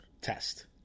test